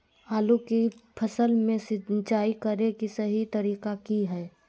आलू की फसल में सिंचाई करें कि सही तरीका की हय?